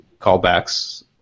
callbacks